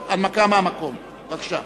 בבקשה.